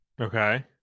Okay